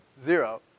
zero